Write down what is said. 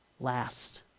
last